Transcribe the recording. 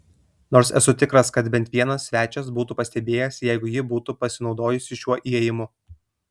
nors esu tikras kad bent vienas svečias būtų pastebėjęs jeigu ji būtų pasinaudojusi šiuo įėjimu